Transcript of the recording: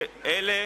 אלה